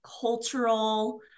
cultural